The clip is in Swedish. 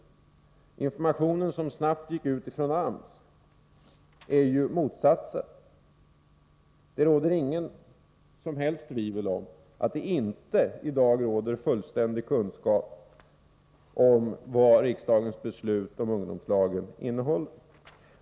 Informationen som snabbt gick ut från AMS är den motsatta. Det råder inget som helst tvivel om att det i dag inte finns fullständig kunskap om vad riksdagens beslut om ungdomslagen innehåller.